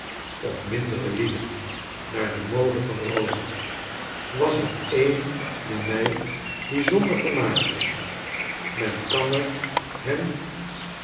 of mindere lieden naar de mode van rome was er een die mi bijzonder vermaakte men kan er hem